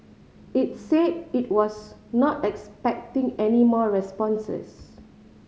it said it was not expecting any more responses